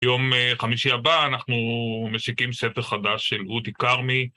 יום חמישי הבא אנחנו משיקים ספר חדש של רותי כרמי.